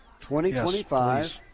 2025